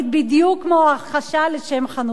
בדיוק כמו הכחשה לשם חנופה.